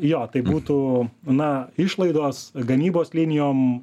jo tai būtų na išlaidos gamybos linijom